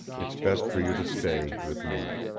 it's best for you to stay with me.